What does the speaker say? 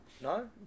No